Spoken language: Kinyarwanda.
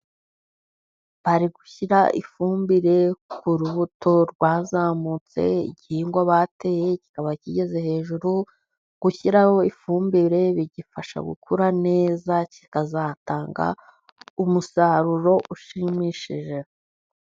Ari gushyira ifumbire ku rubuto rwazamutse, igihingwa bateye kikaba kigeze hejuru. Gushyiraho ifumbire bigifasha gukura neza, kikazatanga umusaruro ushimishije.